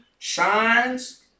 shines